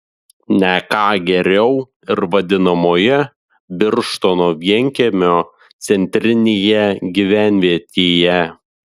ne ką geriau ir vadinamoje birštono vienkiemio centrinėje gyvenvietėje